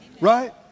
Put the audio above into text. Right